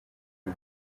few